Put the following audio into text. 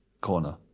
corner